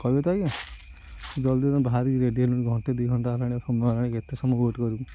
କହିବେ ତ ଆଜ୍ଞା ଜଲ୍ଦି ବାହରିକି ରେଡ଼ି ହେଲୁଣି ଘଣ୍ଟେ ଦୁଇ ଘଣ୍ଟା ହେଲାଣି କେତେ ସମୟ ୱେଟ୍ କରିବୁ